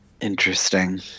Interesting